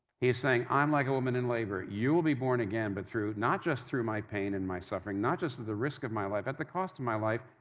he's saying, i'm like a woman in labor. you will be born again but not just through my pain and my suffering, not just at the risk of my life, at the cost of my life,